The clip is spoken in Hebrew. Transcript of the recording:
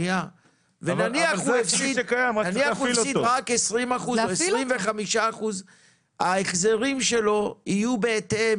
נניח שהוא הפסיד פחות מהדיווח אז ההחזרים שלו יהיו בהתאם.